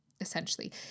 essentially